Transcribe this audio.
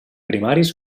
primaris